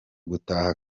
gutaha